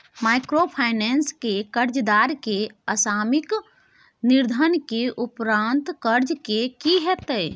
Microfinance के कर्जदार के असामयिक निधन के उपरांत कर्ज के की होतै?